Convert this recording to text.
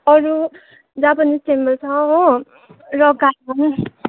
अरू Japanese temple छ हो रक गार्डन